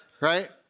Right